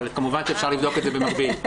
אבל אפשר לבדוק את זה במקביל.